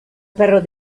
perro